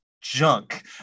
junk